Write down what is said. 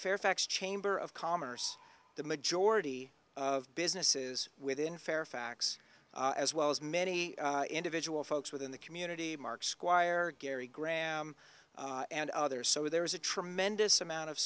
fairfax chamber of commerce the majority of businesses within fairfax as well as many individual folks within the community mark squire gary graham and others so there is a tremendous amount of